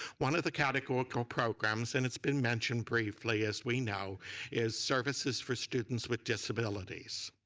one of the categorical programs and it's been mentioned briefly as we know is services for students with disabilities,